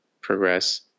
progress